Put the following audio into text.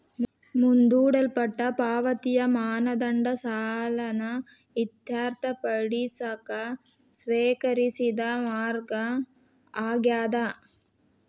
ಮುಂದೂಡಲ್ಪಟ್ಟ ಪಾವತಿಯ ಮಾನದಂಡ ಸಾಲನ ಇತ್ಯರ್ಥಪಡಿಸಕ ಸ್ವೇಕರಿಸಿದ ಮಾರ್ಗ ಆಗ್ಯಾದ